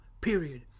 Period